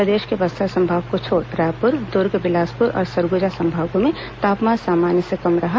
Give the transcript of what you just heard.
प्रदेश के बस्तर संभाग को छोड़ रायपुर दुर्ग बिलासपुर और सरगुजा संभागों में तापमान सामान्य से कम रहा